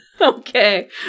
Okay